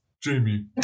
Jamie